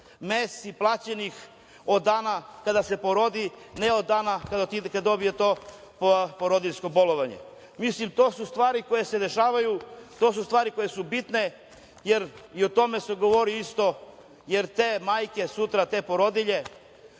meseci plaćenih od dana kada se porodi, a ne od dana kada dobije to porodiljsko bolovanje. Mislim, to su stvari koje se dešavaju, to su stvari koje su bitne i o tome se govori isto, jer te majke, sutra te porodilje